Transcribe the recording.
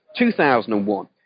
2001